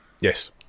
Yes